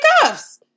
cuffs